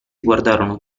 guardarono